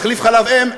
על תחליף חלב אם,